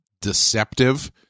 deceptive